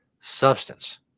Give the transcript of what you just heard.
substance